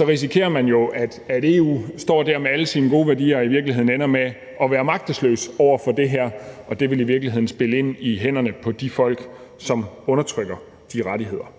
risikerer man jo, at EU står der med alle sine gode værdier og i virkeligheden ender med at være magtesløs over for det her, og det ville i virkeligheden være at spille bolden lige i hænderne på de folk, som undertrykker de rettigheder.